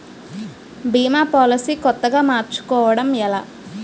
భీమా policy కొత్తగా మార్చుకోవడం ఎలా?